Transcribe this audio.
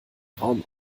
raum